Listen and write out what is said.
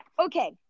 okay